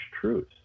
truth